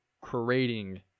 creating